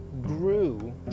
grew